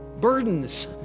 Burdens